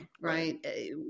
Right